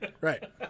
Right